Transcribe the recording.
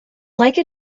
like